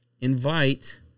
invite